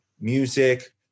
music